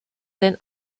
sein